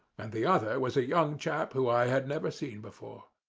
and the other was a young chap whom i had never seen before.